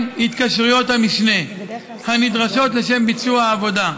התקשרויות המשנה הנדרשות לשם ביצוע העבודה.